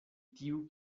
tiu